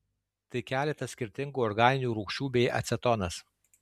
tai keletas skirtingų organinių rūgščių bei acetonas